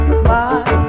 smile